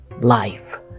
life